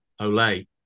Olay